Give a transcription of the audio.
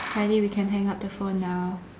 finally we can hang up the phone now